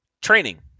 training